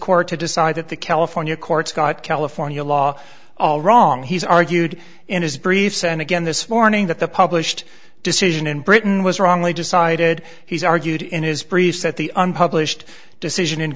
court to decide that the california courts got california law all wrong he's argued in his briefs and again this morning that the published decision in britain was wrongly decided he's argued in his briefs that the unpublished decision